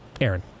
Aaron